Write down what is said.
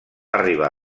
arribar